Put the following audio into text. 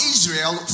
Israel